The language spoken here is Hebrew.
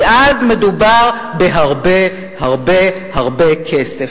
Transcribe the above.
כי אז מדובר בהרבה הרבה הרבה כסף.